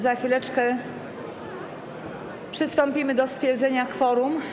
Za chwileczkę przystąpimy do stwierdzenia kworum.